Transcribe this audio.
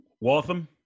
Waltham